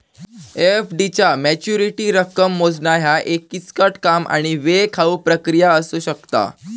FD चा maturity रक्कम मोजणा ह्या एक किचकट आणि वेळखाऊ प्रक्रिया असू शकता